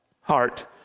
Heart